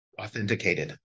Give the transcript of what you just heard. authenticated